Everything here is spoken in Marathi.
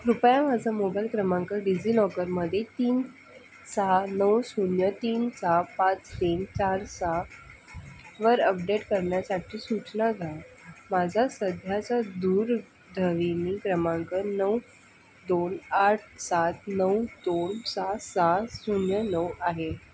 कृपया माझा मोबाईल क्रमांक डिझि लॉकरमध्ये तीन सहा नऊ शून्य तीन सहा पाच तीन चार सहा वर अपडेट करण्यासाठी सूचना द्या माझा सध्याचा दूर ध्वनी क्रमांक नऊ दोन आठ सात नऊ दोन सहा सहा शून्य नऊ आहे